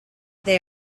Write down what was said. they